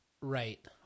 right